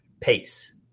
pace